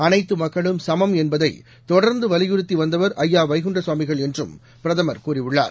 அனைத்துமக்களும் சமம் என்பதைதொடர்ந்துவலிபுறுத்திவந்தவர் ஐயாவைகுண்டசாமிகள் என்றும் பிரதமர் கூறியுள்ளார்